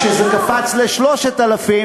כשזה קפץ ל-3,000,